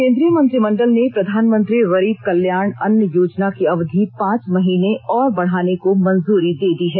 केन्द्रीय मंत्रिमंडल ने प्रधानमंत्री गरीब कल्याण अन्न योजना की अवधि पांच महीने और बढ़ाने को मंजूरी दे दी है